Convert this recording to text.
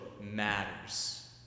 matters